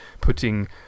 putting